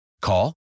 Call